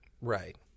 Right